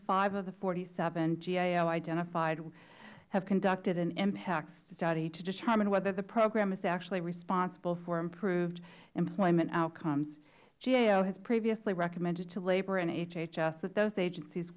five of the forty seven gao identified have conducted an impact study to determine whether the program is actually responsible for improved employment outcomes gao has previously recommended to labor and hhs that those agencies